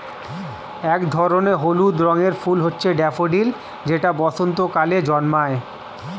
এক ধরনের হলুদ রঙের ফুল হচ্ছে ড্যাফোডিল যেটা বসন্তকালে জন্মায়